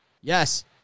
Yes